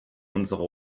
unsere